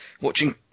watching